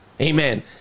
Amen